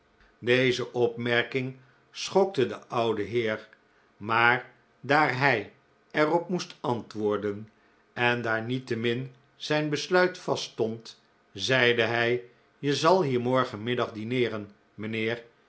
deze opmerking schokte den ouden heer maar daar hij er op moest antwoorden en daar niettemin zijn besluit vaststond zeide hij je zal hier morgenmiddag dineeren mijnheer